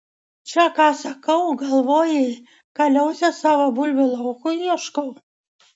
čia ką sakau galvojai kaliausės savo bulvių laukui ieškau